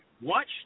watch